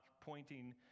pointing